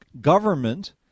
government